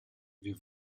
wir